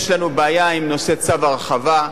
יש לנו בעיה עם נושא צו הרחבה.